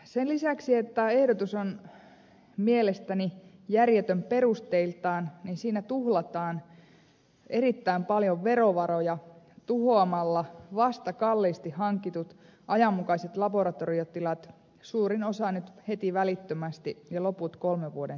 sen lisäksi että ehdotus on mielestäni järjetön perusteiltaan siinä tuhlataan erittäin paljon verovaroja tuhoamalla vasta kalliisti hankitut ajanmukaiset laboratoriotilat suurin osa nyt heti välittömästi ja loput kolmen vuoden sisällä